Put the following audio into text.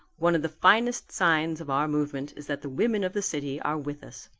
one of the finest signs of our movement is that the women of the city are with us.